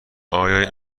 آیا